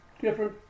different